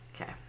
Okay